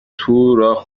تو، راه